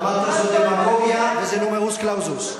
אמרת שזו דמגוגיה וזה נומרוס קלאוזוס.